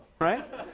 Right